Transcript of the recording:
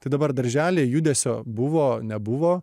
tai dabar darželyje judesio buvo nebuvo